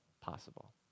possible